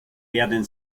werden